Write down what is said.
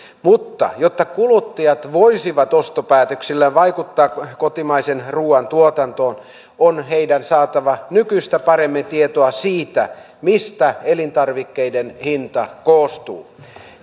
mutta jotta kuluttajat voisivat ostopäätöksillään vaikuttaa kotimaisen ruuan tuotantoon on heidän saatava nykyistä paremmin tietoa siitä mistä elintarvikkeiden hinta koostuu